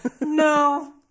No